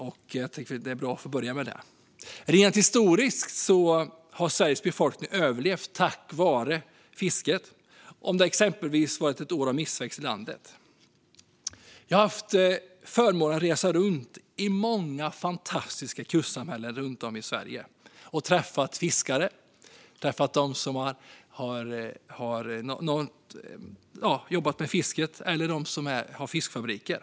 Det var bra att få inleda med det. Rent historiskt har Sveriges befolkning överlevt tack vare fisket, om det exempelvis varit ett år med missväxt i landet. Jag har haft förmånen att resa runt till många fantastiska kustsamhällen i Sverige. Jag har träffat personer som jobbar med fiske eller som har fiskfabriker.